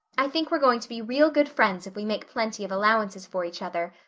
i think we're going to be real good friends if we make plenty of allowances for each other,